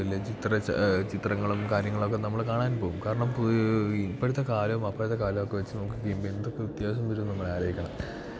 ഇല്ലേ ചിത്ര ചിത്രങ്ങളും കാര്യങ്ങളൊക്കെ നമ്മള് കാണാൻ പോകും കാരണം ഇപ്പോഴത്തെ കാലം അപ്പഴത്തെ കാലം ഒക്കെ വെച്ച് നോക്കി കഴിയുമ്പം എന്തൊക്കെ വ്യത്യാസം വരുവെന്ന് നമ്മൾ